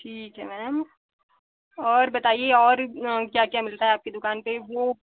ठीक है मैम और बताइए और क्या क्या कितना मिलता है आपकी दुकान पे वो